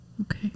Okay